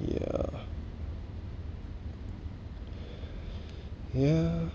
yeah yeah